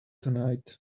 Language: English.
tonight